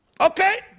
Okay